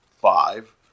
five